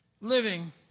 living